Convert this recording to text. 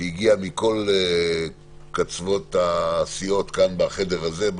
שהגיעה מכל קצוות הסיעות כאן בחדר הזה,